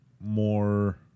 more